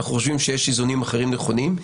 אנחנו חושבים שיש איזונים אחרים נכונים,